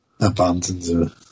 Abandoned